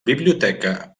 biblioteca